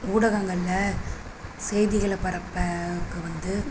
ஊடகங்களில் செய்திகளை பரப்புறக்கு வந்து